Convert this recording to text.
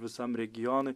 visam regionui